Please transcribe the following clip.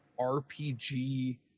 RPG